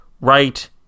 right